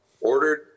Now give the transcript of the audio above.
ordered